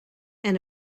and